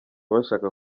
bashaka